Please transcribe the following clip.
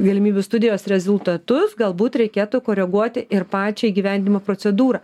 galimybių studijos rezultatus galbūt reikėtų koreguoti ir pačią įgyvendinimo procedūrą